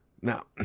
Now